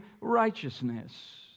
righteousness